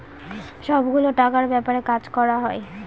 সব গুলো টাকার ব্যাপারে কাজ করা হয়